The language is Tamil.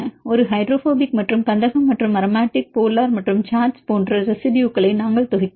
ஒரு ஹைட்ரோபோபிக் மற்றும் கந்தகம் மற்றும் அரோமாட்டிக் போலார் மற்றும் சார்ஜ் போன்ற ரெசிடுயுகளை நாங்கள் தொகுக்கிறோம்